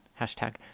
hashtag